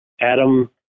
Adam